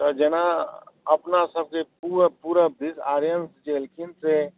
तऽ जेना अपना सबके पूरब पूरब दिस आर्यन्स जे अएलखिन से